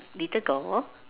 little girl